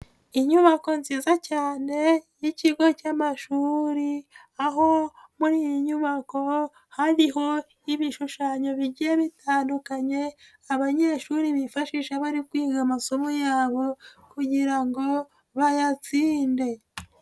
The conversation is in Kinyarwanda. Inyubako nziza cyane y'ikigo cy'amashuri, aho muri iyi nyubako hariho ibishushanyo bigiye bitandukanye, abanyeshuri bifashisha bari kwiga amasomo yabo kugira ngo bayatsinde.